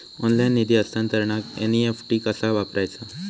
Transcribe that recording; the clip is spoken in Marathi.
ऑनलाइन निधी हस्तांतरणाक एन.ई.एफ.टी कसा वापरायचा?